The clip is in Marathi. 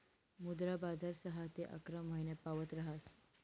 मुद्रा बजार सहा ते अकरा महिनापावत ऱहास